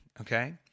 okay